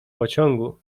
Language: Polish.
pociągu